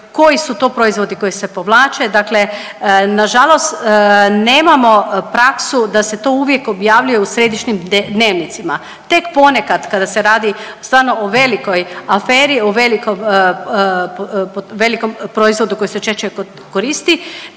koji su to proizvodi koji se povlače. Dakle, na žalost nemamo praksu da se to uvijek objavljuje u središnjim dnevnicima. Tek ponekad kada se radi stvarno o velikoj aferi, o velikom proizvodu koji se češće koristi